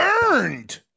burned